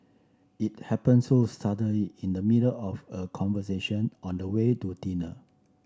it happened so suddenly in the middle of a conversation on the way to dinner